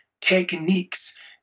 techniques